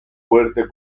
fuerte